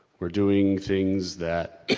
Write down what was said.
we're doing things that.